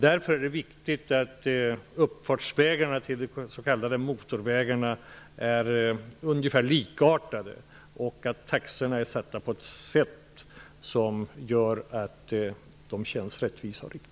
Därför är det viktigt att uppfartsvägarna till de s.k. motorvägarna är ungefär likartade och att taxorna är satta så att de känns rättvisa och riktiga.